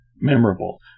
Memorable